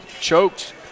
choked